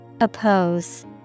oppose